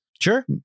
Sure